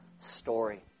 story